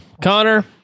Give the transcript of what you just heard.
Connor